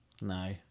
No